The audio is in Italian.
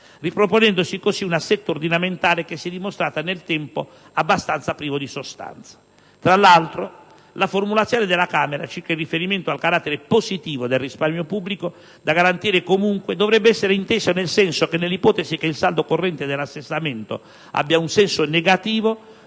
riproponendosi così un assetto ordinamentale che si è dimostrato nel tempo abbastanza privo di sostanza. Tra l'altro, la formulazione della Camera circa il riferimento al carattere positivo del risparmio pubblico, da garantire comunque, dovrebbe essere inteso nel senso che, nell'ipotesi che il saldo corrente dell'assestamento abbia un segno negativo